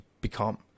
become